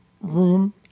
room